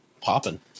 Popping